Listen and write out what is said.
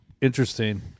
interesting